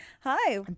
Hi